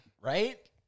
Right